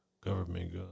government